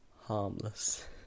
harmless